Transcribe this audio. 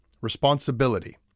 responsibility